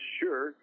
sure